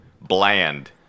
bland